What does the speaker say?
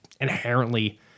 inherently